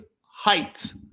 height